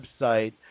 website